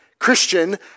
Christian